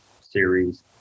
series